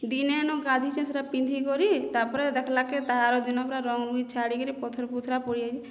ଦିନେ ନ ଗାଧୋଇଛି ସେହିଟା ପିନ୍ଧିକରି ତା ପରେ ଦେଖିଲାକେ ତାହା ଆର ଦିନ ପୁରା ରଙ୍ଗ ରୁଇ ଛାଡ଼ିକିରି ପଥର ପୁଥୁରା ପଡ଼ି